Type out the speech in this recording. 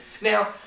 now